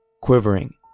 quivering